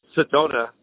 Sedona